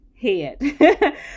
head